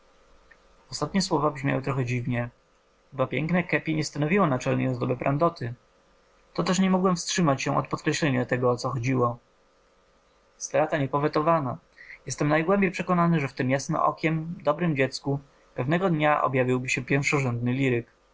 ostatnie słowa brzmiały trochę dziwnie chyba piękne kepi nie stanowiło naczelnej ozdoby prandoty to też nie mogłem wstrzymać się od podkreślenia tego o co chodziło strata niepowetowana jestem najgłębiej przekonany że w tem jasnookiem dobrem dziecku pewnego dnia objawiłby się pierwszorzędny liryk